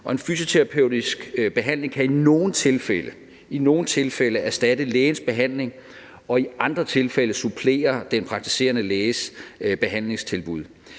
en fysioterapeutisk behandling kan i nogle tilfælde erstatte lægens behandling og i andre tilfælde supplere den praktiserende læges behandlingstilbud.